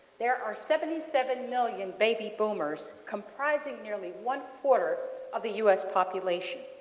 there are seventy seven million baby boomers comprising nearly one quarter of the u s. population.